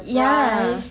yeah